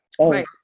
right